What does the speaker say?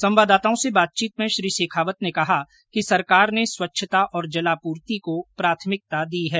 संवाददाताओं से बातचीत में श्री शेखावत ने कहा कि सरकार ने स्वच्छता और जलापूर्ति को प्राथमिकता दी है